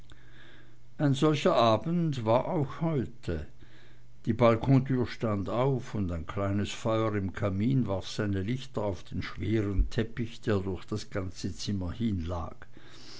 ein solcher abend war auch heute die balkontür stand auf und ein kleines feuer im kamin warf seine lichter auf den schweren teppich der durch das ganze zimmer hin lag